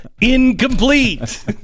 incomplete